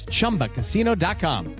Chumbacasino.com